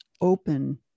open